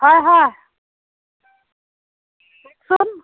হয় হয় কওকচোন